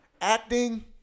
acting